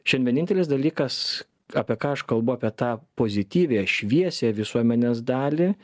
šiandien vienintelis dalykas apie ką aš kalbu apie tą pozityviąją šviesiąją visuomenės dalį